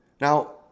Now